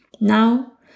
Now